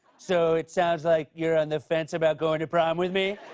so, it sounds like you're on the fence about going to prom with me.